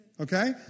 okay